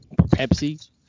Pepsi